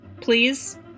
please